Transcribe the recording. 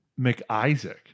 McIsaac